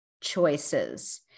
choices